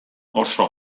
oso